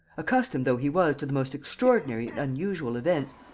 accustomed though he was to the most extraordinary and unusual events,